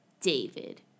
David